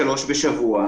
שלוש בשבוע,